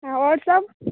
आओर सब